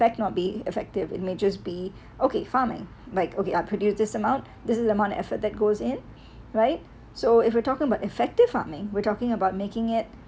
that cannot be effective it may just be okay farming like okay uh produce this amount this is amount of effort that goes in right so if we're talking about effective farming we're talking about making it